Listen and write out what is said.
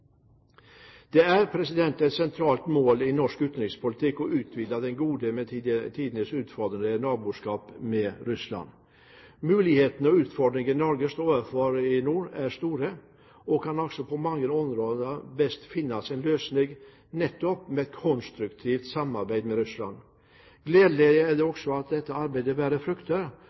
norsk utenrikspolitikk å utvikle det gode, men tidvis utfordrende, naboskapet med Russland. Mulighetene og utfordringene Norge står overfor i nord, er store, og kan på mange områder best finne sin løsning nettopp ved et konstruktivt samarbeid med Russland. Gledelig er det også at dette arbeidet bærer frukter,